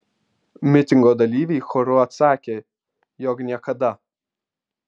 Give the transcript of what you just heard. mitingo dalyviai choru atsakė jog niekada